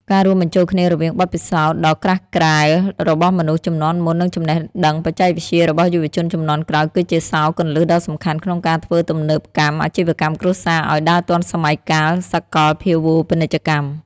ការរួមបញ្ចូលគ្នារវាងបទពិសោធន៍ដ៏ក្រាស់ក្រែលរបស់មនុស្សជំនាន់មុន និងចំណេះដឹងបច្ចេកវិទ្យារបស់យុវជនជំនាន់ក្រោយ គឺជាសោរគន្លឹះដ៏សំខាន់ក្នុងការធ្វើទំនើបកម្មអាជីវកម្មគ្រួសារឱ្យដើរទាន់សម័យកាលសកលភាវូបនីយកម្ម។